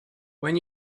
when